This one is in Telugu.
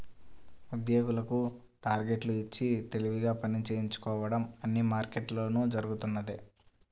ఉద్యోగులకు టార్గెట్లు ఇచ్చి తెలివిగా పని చేయించుకోవడం అన్ని మార్కెట్లలోనూ జరుగుతున్నదే